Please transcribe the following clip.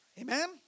amen